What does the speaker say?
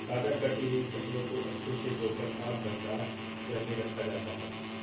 ताजा कटी हुई फसलों को अच्छे से धोकर साफ भंडार घर में रखा जाता है